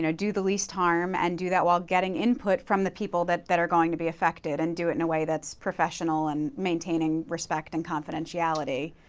you know do the least time and do that while getting input from the people that that are going to be effective and do it in a way that's professional and maintaining respect and confidentiality.